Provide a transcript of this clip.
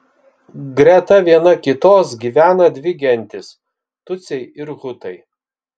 greta viena kitos gyvena dvi gentys tutsiai ir hutai